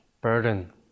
burden